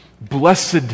Blessed